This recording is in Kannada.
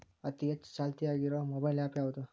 ಅತಿ ಹೆಚ್ಚ ಚಾಲ್ತಿಯಾಗ ಇರು ಮೊಬೈಲ್ ಆ್ಯಪ್ ಯಾವುದು?